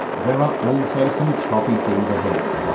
there are also some choppy seas ahead.